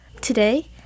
Today